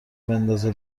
بندازه